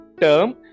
term